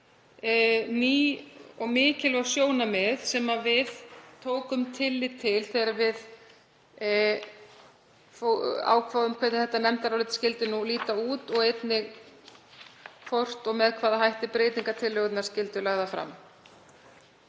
ný og mikilvæg sjónarmið sem við tókum tillit til þegar við ákváðum hvernig nefndarálitið skyldi nú líta út og einnig hvort og með hvaða hætti breytingartillögurnar skyldu lagðar fram.